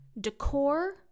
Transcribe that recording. decor